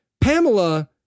Pamela